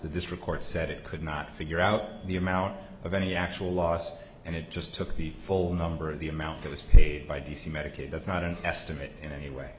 this report said it could not figure out the amount of any actual loss and it just took the full number of the amount that was paid by d c medicaid that's not an estimate in any way